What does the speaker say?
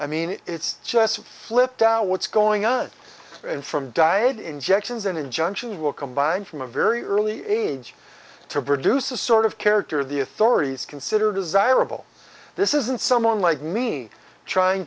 i mean it's just flipped out what's going on and from died injections and injunctions will combine from a very early age to produce a sort of character of the authorities consider desirable this isn't someone like me trying